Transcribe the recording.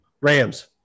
Rams